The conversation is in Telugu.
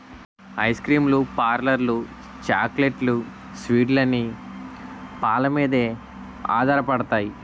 ఐస్ క్రీమ్ లు పార్లర్లు చాక్లెట్లు స్వీట్లు అన్ని పాలమీదే ఆధారపడతాయి